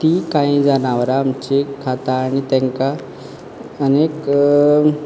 ती कांय जनावरां आमची खाता आनी तांकां आनीक